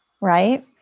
right